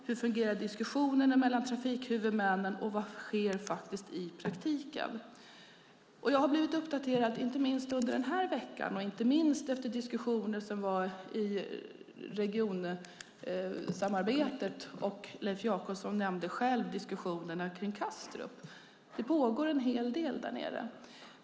Hur fungerar diskussionerna mellan trafikhuvudmännen, och vad sker i praktiken? Jag har blivit uppdaterad inte minst under denna vecka och inte minst efter diskussioner som fördes i regionsamarbetet. Leif Jakobsson nämnde själv diskussionerna om Kastrup. Det pågår en hel del där nere.